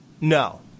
No